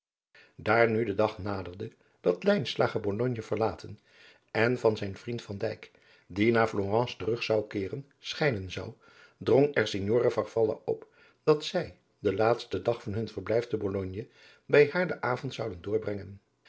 daar nu de dag naderde dat lijnslager bologne verlaten en van zijn vriend van dijk die naarflorence terug zou keeren scheiden zou drong er signora farfalla op dat zij den laatsten dag van hun verblijf te bologne bij haar den avond zouden doorbrengen